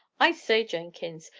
i say, jenkins,